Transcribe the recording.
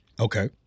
Okay